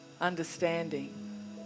understanding